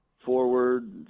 Forward